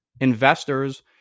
Investors